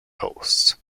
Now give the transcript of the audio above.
hosts